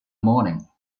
morning